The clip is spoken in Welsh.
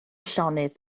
llonydd